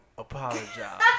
Apologize